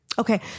Okay